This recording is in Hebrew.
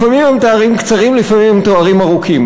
לפעמים הם תארים קצרים, לפעמים הם תארים ארוכים.